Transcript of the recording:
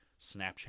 Snapchat